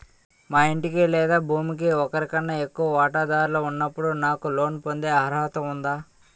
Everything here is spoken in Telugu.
మా ఇంటికి లేదా భూమికి ఒకరికన్నా ఎక్కువ వాటాదారులు ఉన్నప్పుడు నాకు లోన్ పొందే అర్హత ఉందా?